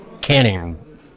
canning